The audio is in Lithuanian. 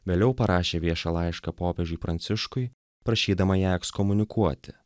vėliau parašė viešą laišką popiežiui pranciškui prašydama ją ekskomunikuoti